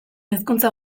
hizkuntza